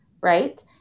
right